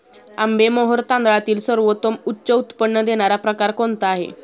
आंबेमोहोर तांदळातील सर्वोत्तम उच्च उत्पन्न देणारा प्रकार कोणता आहे?